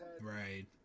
Right